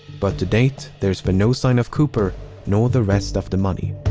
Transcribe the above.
but, to date, there's been no sign of cooper nor the rest of the money.